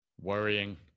Worrying